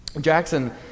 Jackson